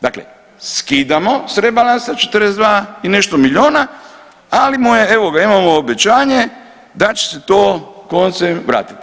Dakle, skidamo s rebalansa 42 i nešto milijuna, ali mu je, evo imamo obećanje da će se to koncem vratiti.